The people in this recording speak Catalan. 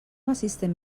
assistent